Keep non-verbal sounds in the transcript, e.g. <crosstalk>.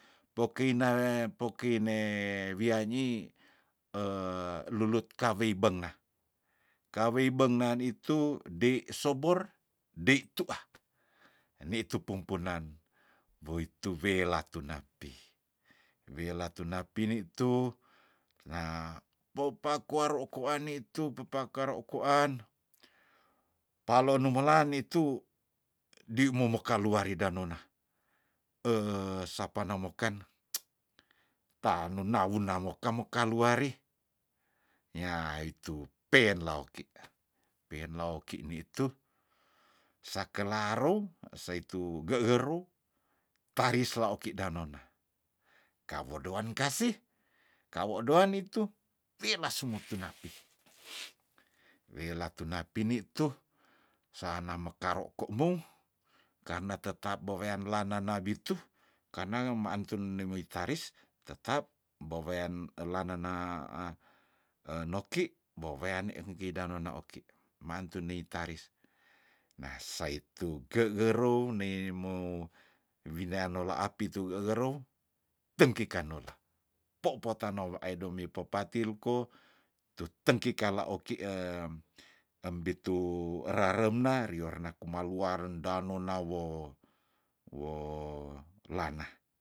Pokei nawe pokine wiah nyiih <hesitation> lulut kawei benga kawei bengan itu dei sobor dei tuah nditu pumpunan woitu welah tunapi welah tunapi nitu <hesitation> popaku aro ku ane itu pipa karo kuan palo numelan itu di mo mekaluar hida nona <hesitation> sapa namokan <noise> tanu nawu nawokem mokaluari nyah itu pelaoki penlaoki nitu sakelarou seitu gegerou tarisla oki danona kawodoan kasih kawo doan itu wielah sumo tunapi welah tunapi nitu sana mekaro komou karna tetap bewean lanena bitu karna maantun nemoi taris tetap bewean elanana enoki mowean ingki danona oki mantuni taris nas seitu ge gerou nemou winean nola apitu gegerou dengkika nola popo tano aidomi pepatilko tu tengki kala oki <hesitation> embitu raremna riorna kuma luar ndano nawo wo lana